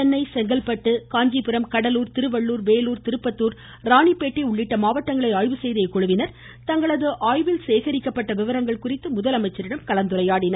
சென்னை செங்கல்பட்டு காஞ்சிபுரம் கடலூர் திருவள்ளூர் வேலூர் திருப்பத்தூர் ராணிப்பேட்டை உள்ளிட்ட மாவட்டங்களை ஆய்வு செய்த இக்குழுவினர் தங்களது ஆய்வில் சேகரிக்கப்பட்ட விவரங்கள் குறித்து முதலமைச்சரிடம் கலந்துரையாடினர்